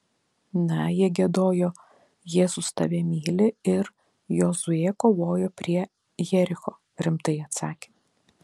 na jie giedojo jėzus tave myli ir jozuė kovojo prie jericho rimtai atsakė